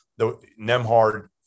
Nemhard